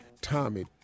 Tommy